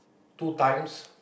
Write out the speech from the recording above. two times